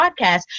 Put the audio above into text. podcast